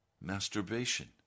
masturbation